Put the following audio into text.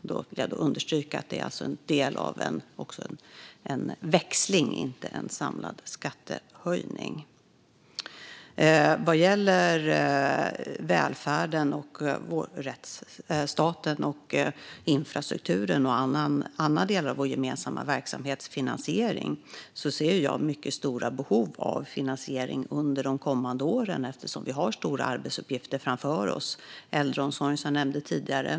Jag vill då understryka att det är en del av en växling och inte en samlad skattehöjning. Vad gäller välfärden, rättsstaten, infrastrukturen och andra delar av vår gemensamma verksamhetsfinansiering ser jag att vi har mycket stora behov av finansiering under de kommande åren eftersom vi har stora arbetsuppgifter framför oss. Jag nämnde tidigare äldreomsorgen.